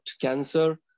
cancer